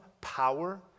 power